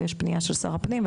ויש פניה של שר הפנים,